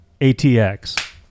ATX